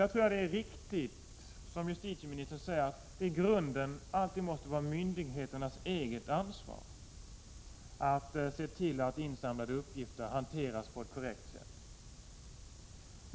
Jag tror att det är riktigt, som justitieministern säger, att det i grunden alltid måste vara myndigheternas eget ansvar att se till att insamlade uppgifter hanteras på ett korrekt sätt.